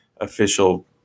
official